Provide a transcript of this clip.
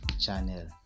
Channel